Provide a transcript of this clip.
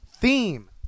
theme